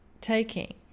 taking